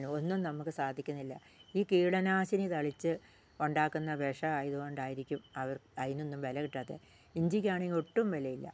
ഒന്നും നമുക്ക് സാധിക്കുന്നില്ല ഈ കീടനാശിനി തളിച്ച് ഉണ്ടാക്കുന്ന വിഷം ആയതുകൊണ്ടായിരിക്കും അവർ അതിനൊന്നും വില കിട്ടാത്തത് ഇഞ്ചിക്കാണെങ്കിൽ ഒട്ടും വിലയില്ല